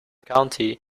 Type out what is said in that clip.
county